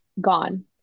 gone